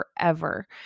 forever